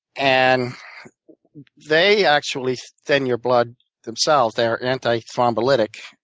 and they actually thin your blood themselves. they're anti thrombolytic.